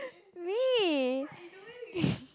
me